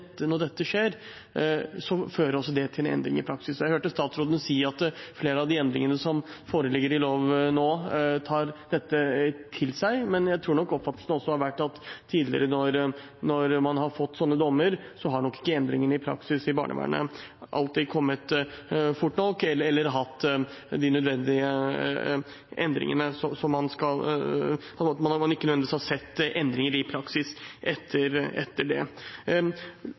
skjer, at det også fører til en endring i praksis. Jeg hørte statsråden si at flere av de endringene som foreligger i lov nå, tar dette til seg, men jeg tror nok oppfatningen har vært at når man har fått sånne dommer tidligere, har ikke endringene i barnevernets praksis alltid kommet fort nok, eller det har ikke ført til de nødvendige endringene. Man har ikke nødvendigvis sett endringer i praksis etter det. Erfaringer med barnevernet er ofte subjektive. Det